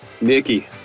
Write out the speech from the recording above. Nikki